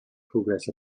progress